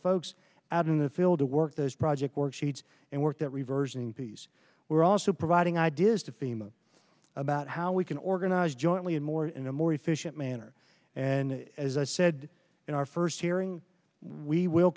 folks out in the field to work those project work sheets and work that reversion piece we're also providing ideas to fiume about how we can organize jointly and more in a more efficient manner and as i said in our first hearing we will